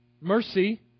Mercy